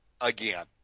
again